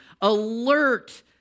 alert